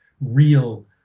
real